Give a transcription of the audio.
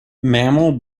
mammal